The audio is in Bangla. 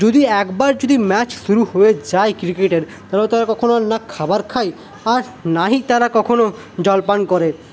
যদি একবার যদি ম্যাচ শুরু হয়ে যায় ক্রিকেটের তবে তারা কখনো না খাবার খায় আর নাহি তারা কখনো জল পান করে